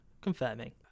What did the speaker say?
confirming